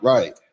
Right